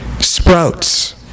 sprouts